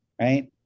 right